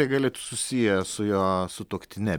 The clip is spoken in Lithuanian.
tai galėtų susiję su jo sutuoktine